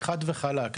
חד וחלק.